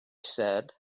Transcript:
said